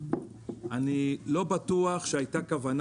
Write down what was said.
אני לא בטוח שהייתה כוונה